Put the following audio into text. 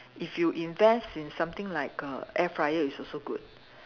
if you invest in something like a air fryer is also good